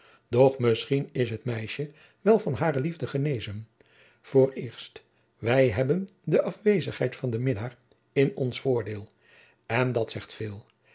doch misschien is het meisje wel van hare liefde te genezen vooreerst wij hebben de afjacob van lennep de pleegzoon wezigheid van den minnaar in ons voordeel en dat zegt